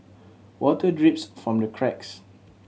water drips from the cracks